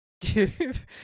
Give